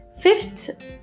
fifth